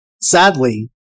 Sadly